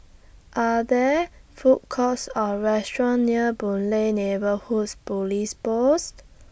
Are There Food Courts Or restaurants near Boon Lay Neighbourhoods Police Post